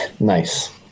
nice